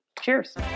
Cheers